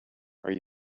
are